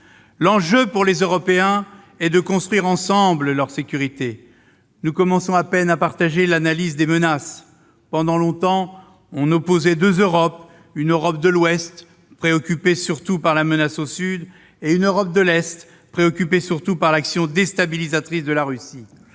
L'enjeu, pour les Européens, est de construire ensemble leur sécurité. Nous commençons à peine à partager l'analyse des menaces. Pendant longtemps, on opposait deux Europe : une Europe de l'Ouest, préoccupée surtout de la menace au Sud, et une Europe de l'Est, préoccupée surtout par l'action déstabilisatrice de la Russie.